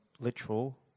literal